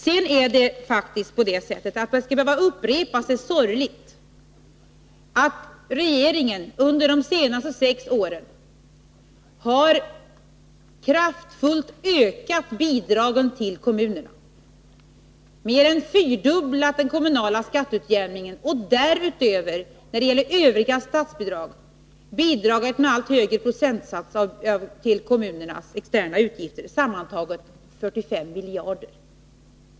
Det är faktiskt på det sättet — och det är sorgligt att det skall behöva upprepas — att regeringen under de senaste sex åren har kraftfullt ökat bidragen till kommunerna. Vi har mer än fyrdubblat den kommunala skatteutjämningen och därutöver har staten, när det gäller övriga statsbidrag, bidragit med allt högre procentsats till kommunernas externa utgifter. Sammantaget gäller det 45 miljarder.